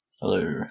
Hello